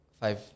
five